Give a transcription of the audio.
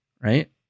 right